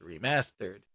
remastered